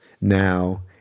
now